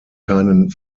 keinen